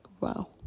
wow